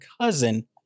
cousin